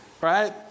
Right